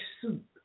soup